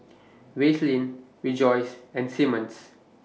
Vaseline Rejoice and Simmons